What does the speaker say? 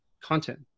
content